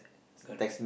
correct